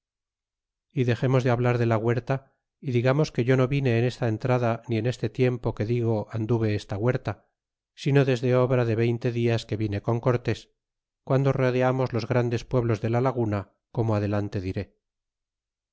y dexemos de hablar de la huerta y digamos que yo no vine en esta entrada ni en este tiempo que digo anduve esta huerta sino desde obrade veinte dias que vine con cortés guando rodeamos los grandes pueblos de la laguna como adelante diré